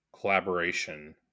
collaboration